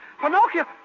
Pinocchio